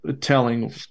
telling